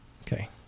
Okay